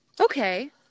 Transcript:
okay